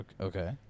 Okay